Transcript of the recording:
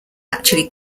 actually